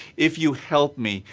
if you help me,